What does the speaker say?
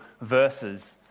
verses